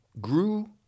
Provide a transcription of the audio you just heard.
grew